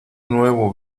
nuevo